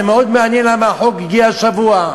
זה מאוד מעניין למה החוק הגיע השבוע: